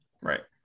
right